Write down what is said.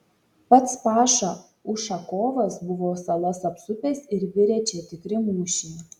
pats paša ušakovas buvo salas apsupęs ir virė čia tikri mūšiai